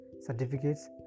certificates